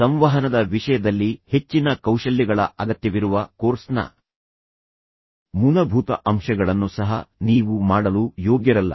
ಸಂವಹನದ ವಿಷಯದಲ್ಲಿ ಹೆಚ್ಚಿನ ಕೌಶಲ್ಯಗಳ ಅಗತ್ಯವಿರುವ ಕೋರ್ಸ್ನ ಮೂಲಭೂತ ಅಂಶಗಳನ್ನು ಸಹ ನೀವು ಮಾಡಲು ಯೋಗ್ಯರಲ್ಲ